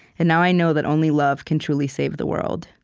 and now i know that only love can truly save the world.